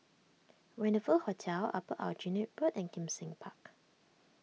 Rendezvous Hotel Upper Aljunied Pool and Kim Seng Park